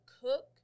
cook